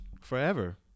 forever